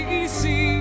easy